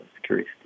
security